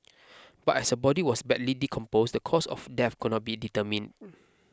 but as her body was badly decomposed the cause of death could not be determined